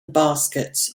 baskets